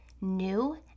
new